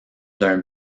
d’un